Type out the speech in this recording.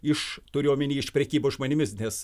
iš turiu omeny iš prekybos žmonėmis nes